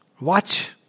Watch